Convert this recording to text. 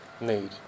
need